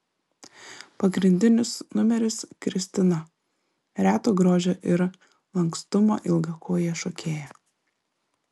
pagrindinis numeris kristina reto grožio ir lankstumo ilgakojė šokėja